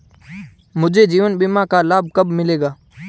मुझे जीवन बीमा का लाभ कब मिलेगा?